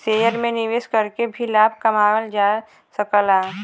share में निवेश करके भी लाभ कमावल जा सकला